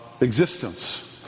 existence